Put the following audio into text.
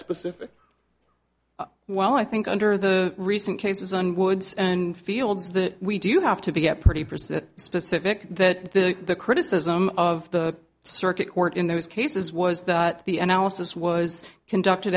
specific well i think under the recent cases on woods and fields that we do have to be get pretty present specific that the criticism of the circuit court in those cases was that the analysis was conducted